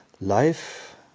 Life